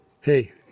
Hey